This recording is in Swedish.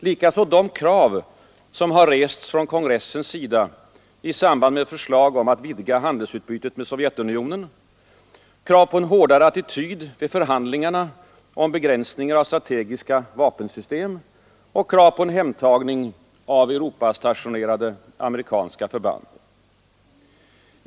Likaså de krav som rests från kongressens sida i samband med förslag att vidga handelsutbytet med Sovjetunionen, på en hårdare attityd vid förhandlingarna om begränsningar av strategiska vapensystem och på hemtagning av Europastationerade amerikanska förband.